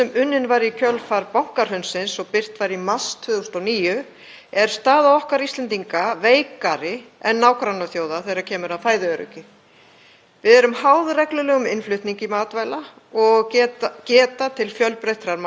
Við erum háð reglulegum innflutningi matvæla og geta til fjölbreyttrar matvælaframleiðslu er takmörkuð. Efnahagshrunið haustið 2008 sýndi okkur ljóslega að gjaldeyrisskortur getur haft alvarleg áhrif.